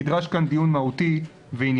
נדרש כאן דיון מהותי וענייני,